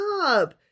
up